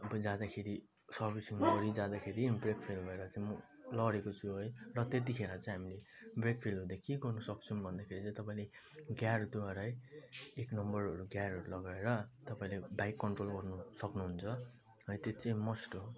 अब जाँदाखेरि सर्विसिङ नगरी जाँदाखेरि ब्रेक फेल भएर चाहिँ म लडेको छु है र त्यतिखेर चाहिँ हामीले ब्रेक फेल हुँदा के गर्नुसक्छौँ भन्दाखेरि चाहिँ तपाईँले गियरद्वारै एक नम्बरहरू गियरहरू लगाएर तपाईँले बाइक कन्ट्रोल गर्नु सक्नुहुन्छ है त्यो चाहिँ मस्ट हो